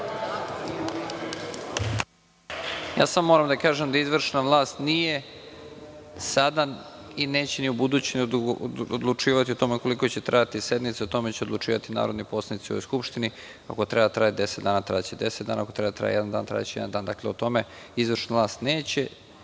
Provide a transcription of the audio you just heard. Samo moram da kažem da izvršna vlast nije sada i neće ni u buduće odlučivati o tome koliko će trajati sednica, o tome će odlučivati narodni poslanici u Skupštini. Ako treba da traje deset dana, trajaće deset dana. Ako treba da traje jedan dan, trajaće jedan dan. Dakle, o tome izvršna vlast neće